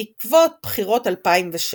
בעקבות בחירות 2006,